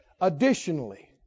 Additionally